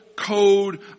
code